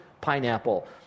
pineapple